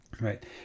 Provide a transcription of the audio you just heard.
right